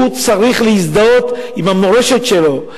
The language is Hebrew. שהוא צריך להזדהות עם המורשת שלו,